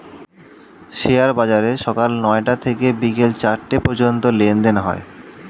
share বাজারে সকাল নয়টা থেকে বিকেল চারটে পর্যন্ত লেনদেন হয়